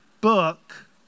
book